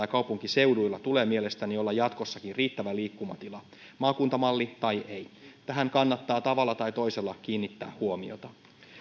ja kaupunkiseuduilla tulee mielestäni olla jatkossakin riittävä liikkumatila oli maakuntamalli tai ei tähän kannattaa tavalla tai toisella kiinnittää huomiota